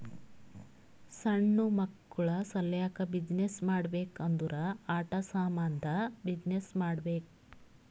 ಸಣ್ಣು ಮಕ್ಕುಳ ಸಲ್ಯಾಕ್ ಬಿಸಿನ್ನೆಸ್ ಮಾಡ್ಬೇಕ್ ಅಂದುರ್ ಆಟಾ ಸಾಮಂದ್ ಬಿಸಿನ್ನೆಸ್ ಮಾಡ್ಬೇಕ್